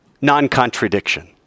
non-contradiction